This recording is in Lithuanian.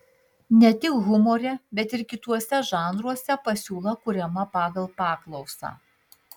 ne tik humore bet ir kituose žanruose pasiūla kuriama pagal paklausą